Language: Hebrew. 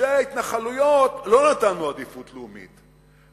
לגושי ההתנחלויות לא נתנו עדיפות לאומית,